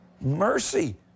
Mercy